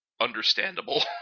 understandable